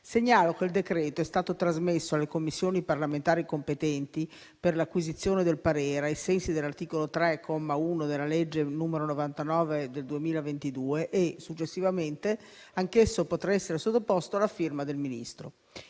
Segnalo che il decreto è stato trasmesso alle Commissioni parlamentari competenti per l'acquisizione del parere, ai sensi dell'articolo 3, comma 1, della legge n. 99 del 2022. Successivamente anch'esso potrà essere sottoposto alla firma del Ministro.